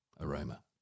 aroma